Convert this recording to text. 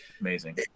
amazing